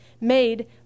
made